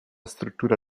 struttura